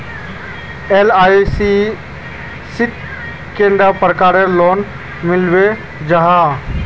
LIC शित कैडा प्रकारेर लोन मिलोहो जाहा?